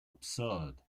absurd